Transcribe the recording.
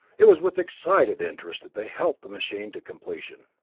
it was with excited interest that they helped the machine to completion.